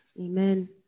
Amen